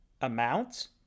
amount